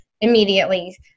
immediately